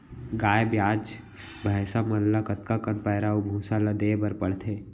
गाय ब्याज भैसा मन ल कतका कन पैरा अऊ भूसा ल देये बर पढ़थे?